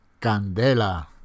Candela